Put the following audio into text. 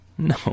No